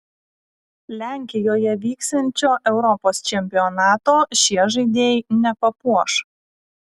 lenkijoje vyksiančio europos čempionato šie žaidėjai nepapuoš